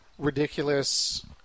Ridiculous